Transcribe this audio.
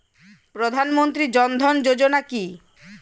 প্রধানমন্ত্রী জনধন যোজনা কি?